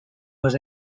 was